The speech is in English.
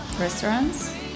Restaurants